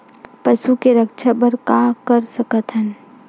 पशु के रक्षा बर का कर सकत हन?